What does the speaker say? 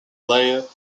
player